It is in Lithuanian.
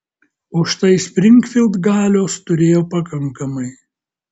o štai springfild galios turėjo pakankamai